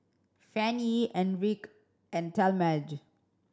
Fannye Enrique and Talmadge